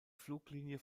fluglinie